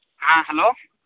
ᱦᱮᱸ ᱦᱮᱞᱳ